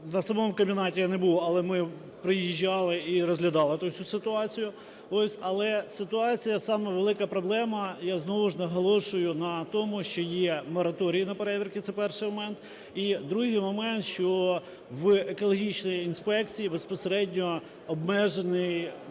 на самому комбінаті я не був, але ми проїжджали і розглядали ту всю ситуацію. Але ситуація велика проблема, я знову ж наголошую на тому, що є мораторій на перевірки. Це перший момент. І другий момент, що в екологічній інспекції безпосередньо обмежені маневри